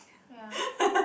ya